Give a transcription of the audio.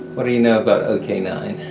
what do you know about ok nine?